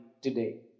today